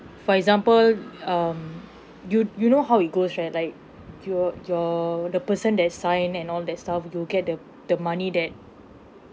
for example um you you know how it goes right like you're you're the person that sign and all that stuff you'll get the the money that